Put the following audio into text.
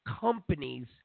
companies